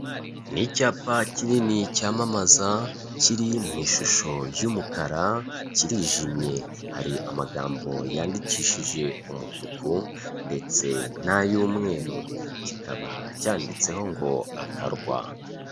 Ni icyapa kinini cyamamaza. Kiri mu ishusho y'umukara, kirijimye, hari amagambo yandikishije umutuku ndetse n'ay'umweru, kikaba cyanditseho ngo akarwa.